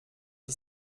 die